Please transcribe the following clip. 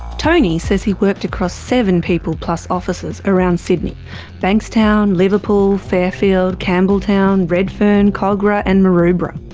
tony says he worked across seven peopleplus offices around sydney bankstown, liverpool, fairfield, campbelltown, redfern, kogarah and maroubra.